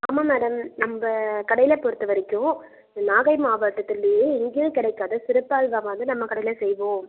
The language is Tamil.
ஆமாம் மேடம் நம்ப கடையில் பொறுத்த வரைக்கும் நாகை மாவட்டத்துலையே எங்கேயும் கிடைக்காத சிறப்பு அல்வா வந்து நம்ம கடையில் செய்வோம்